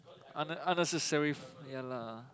unne~ unnecessary f~ ya lah